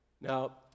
Now